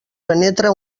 penetra